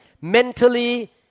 mentally